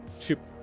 Chip